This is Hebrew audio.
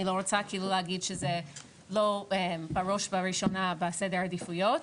לא רוצה להגיד שזה לא בראש ובראשונה בסדר העדיפויות,